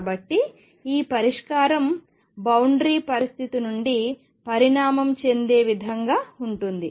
కాబట్టి ఈ పరిష్కారం సరిహద్దు పరిస్థితి నుండి పరిణామం చెందే విధంగా ఉంటుంది